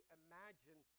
imagine